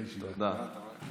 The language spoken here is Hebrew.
תודה, תודה רבה.